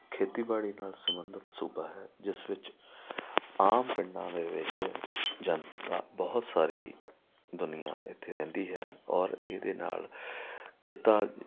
ਖੇਤੀ ਬਾੜੀ ਨਾਲ ਸੰਬੰਧਤ ਸੂਬਾ ਹੈ ਜਿਸ ਵਿੱਚ ਆਮ ਪਿੰਡਾਂ ਦੇ ਵਿੱਚ ਜਨਤਾ ਬਹੁਤ ਸਾਰੀ ਦੁਨੀਆ ਇੱਥੇ ਰਹਿੰਦੀ ਹੈ ਔਰ ਇਹਦੇ ਨਾਲ ਕਿੱਤਾ